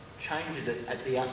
changes it at the other,